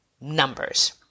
numbers